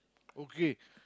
okay